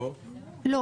לא.